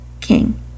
King